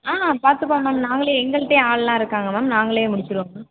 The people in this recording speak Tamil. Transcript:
ஆ பார்த்துப்பாங்க மேம் நாங்களே எங்கள்ட்டேயே ஆள்லாம் இருக்காங்க மேம் நாங்களே முடிச்சுடுவோம் மேம்